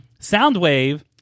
Soundwave